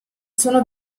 sono